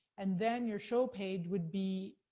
and then your show page would be,